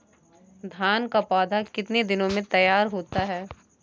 धान का पौधा कितने दिनों में तैयार होता है?